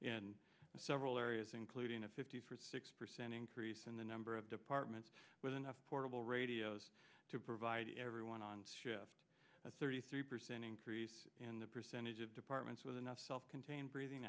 in several areas including a fifty for six percent increase in the number of departments with enough portable radios to provide everyone on to shift that's thirty three percent increase in the percentage of departments with enough self contained breathing